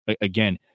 Again